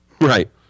Right